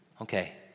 okay